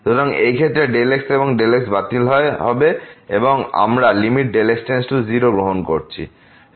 সুতরাং এই ক্ষেত্রে এই Δx এবং Δx বাতিল করা হবে এবং আমরা x → 0 গ্রহণ করছি